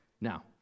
now